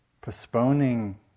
postponing